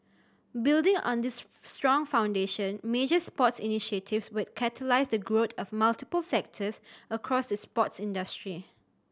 building on this strong foundation major sports initiatives will catalyse the growth of multiple sectors across the sports industry